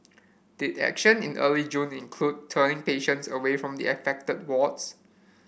did action in early June include turning patients away from the affected wards